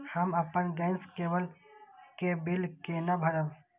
हम अपन गैस केवल के बिल केना भरब?